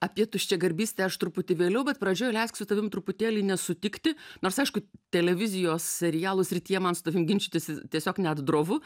apie tuščiagarbystę aš truputį vėliau bet pradžioj leisk su tavim truputėlį nesutikti nors aišku televizijos serialų srityje man su tavim ginčytis tiesiog net drovu